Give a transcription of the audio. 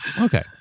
okay